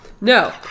no